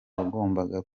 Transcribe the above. wagombaga